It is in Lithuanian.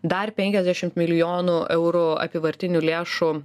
dar penkiasdešim milijonų eurų apyvartinių lėšų